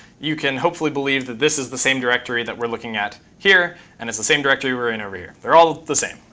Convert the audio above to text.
you can hopefully believe that this is the same directory that we're looking at here and it's the same directory we're in over here. they're all the same.